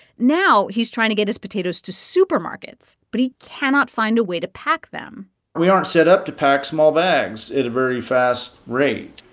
now he's trying to get his potatoes to supermarkets, but he cannot find a way to pack them we aren't set up to pack small bags at a very fast rate.